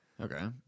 Okay